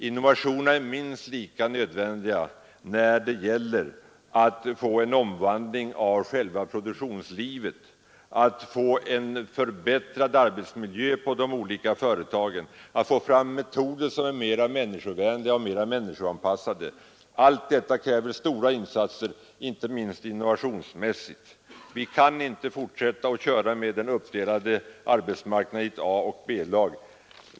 Innovationerna är minst lika nödvändiga när det gäller att få en omvandling av själva produktionslivet, att få en förbättrad arbetsmiljö i företagen, att få fram processer som är mera människovänliga och mera människoanpassade. Allt detta kräver stora insatser, inte minst innovationsmässigt. Vi kan inte fortsätta att köra med arbetsmarknaden uppdelad i ett A och ett B-lag.